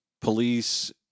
police